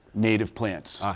native plants.